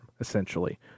essentially